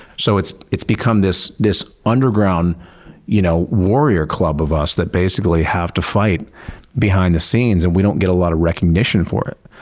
so it's it's become this this underground you know warrior club of us that basically have to fight behind the scenes and we don't get a lot of recognition for it.